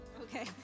Okay